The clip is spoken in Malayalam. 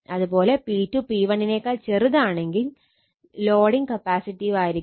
അതുപോലെ P2 P1 ആണെങ്കിൽ ലോഡിങ് കപ്പാസിറ്റീവ് ആയിരിക്കും